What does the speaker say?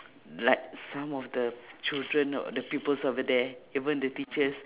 like some of the children the peoples over there even the teachers